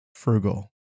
Frugal